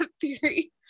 theory